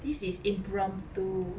this is impromptu